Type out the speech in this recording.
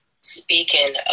speaking